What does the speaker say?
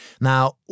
Now